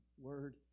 word